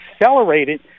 accelerated